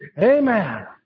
amen